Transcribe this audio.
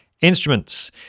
instruments